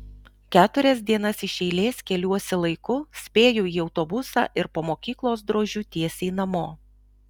keturias dienas iš eilės keliuosi laiku spėju į autobusą ir po mokyklos drožiu tiesiai namo